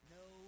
no